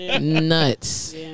Nuts